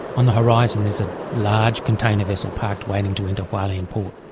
on the horizon is a large container vessel parked waiting to enter hualien port.